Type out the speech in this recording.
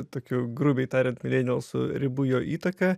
tokių grubiai tariant milenialsų ribų jo įtaka